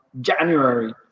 January